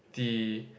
the